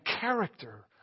character